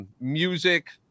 music